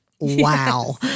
Wow